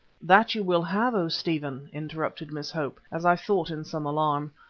that you will have, o stephen, interrupted miss hope, as i thought in some alarm.